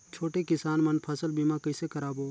छोटे किसान मन फसल बीमा कइसे कराबो?